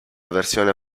versione